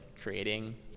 creating